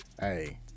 Hey